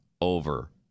over